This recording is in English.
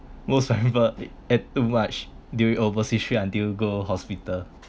most memorable ate too much during overseas straight until go hospital